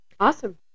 Awesome